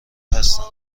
هستند